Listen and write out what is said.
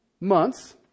months